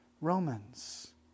Romans